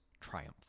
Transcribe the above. triumph